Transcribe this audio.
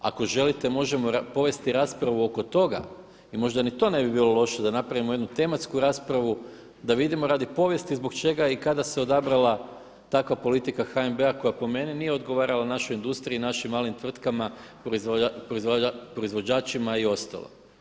Ako želite možemo povesti raspravu oko toga i možda ni to ne bi bilo loše da napravimo jednu tematsku raspravu, da vidimo radi povijesti zbog čega i kada se odabrala takva politika HNB-a koja po meni nije odgovarala našoj industriji i našim malim tvrtkama, proizvođačima i ostalo.